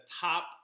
top